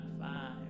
five